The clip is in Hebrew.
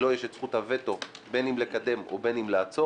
לו יש את זכות הווטו בין אם לקדם ובין אם לעצור.